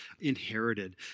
inherited